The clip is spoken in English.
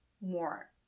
more